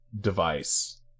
device